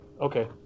Okay